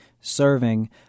Serving